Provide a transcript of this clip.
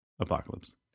apocalypse